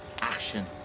action